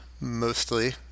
mostly